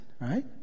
right